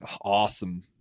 Awesome